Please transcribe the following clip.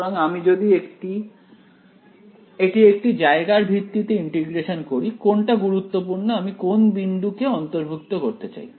সুতরাং আমি যদি এটি একটি জায়গার ভিত্তিতে ইন্টিগ্রেশন করি কোনটা গুরুত্বপূর্ণ আমি কোন বিন্দুকে অন্তর্ভুক্ত করতে চাই